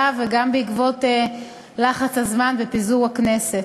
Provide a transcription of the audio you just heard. וגם בעקבות לחץ הזמן בפיזור הכנסת.